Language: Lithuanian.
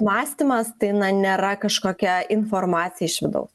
mąstymas tai na nėra kažkokia informacija iš vidaus